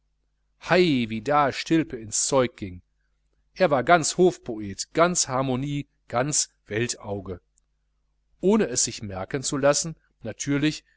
hei wie da stilpe ins zeug ging er war ganz hofpoet ganz harmonie ganz weltauge ohne es sich merken zu lassen natürlich